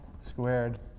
squared